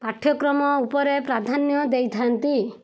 ପାଠ୍ୟକ୍ରମ ଉପରେ ପ୍ରାଧାନ୍ୟ ଦେଇଥାନ୍ତି